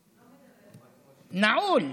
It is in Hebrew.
נעול,